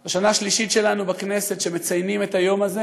זו השנה השלישית שלנו בכנסת שמציינים את היום הזה.